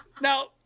now